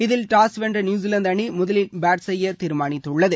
இதில் டாஸ் வென்ற நியூசிவாந்து அணி முதலில் பேட் செய்ய தீர்மானித்துள்ளது